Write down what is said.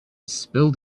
spilled